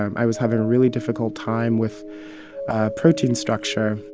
i was having a really difficult time with protein structure.